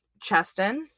Cheston